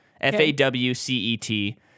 F-A-W-C-E-T